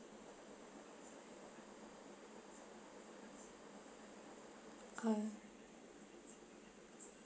oh